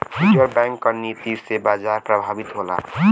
reserve bank क नीति से बाजार प्रभावित होला